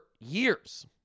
years